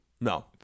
no